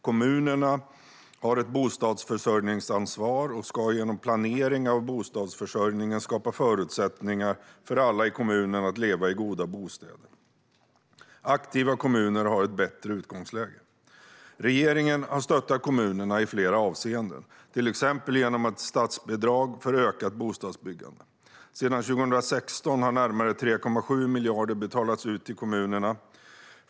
Kommunerna har ett bostadsförsörjningsansvar och ska genom planering av bostadsförsörjningen skapa förutsättningar för alla i kommunen att leva i goda bostäder. Aktiva kommuner har ett bättre utgångsläge. Regeringen har stöttat kommunerna i flera avseenden, till exempel genom ett statsbidrag för ökat bostadsbyggande. Sedan 2016 har närmare 3,7 miljarder betalats ut till kommunerna.